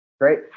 Great